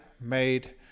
made